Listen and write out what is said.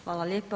Hvala lijepo.